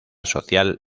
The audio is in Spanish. social